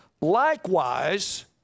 Likewise